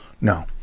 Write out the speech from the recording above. No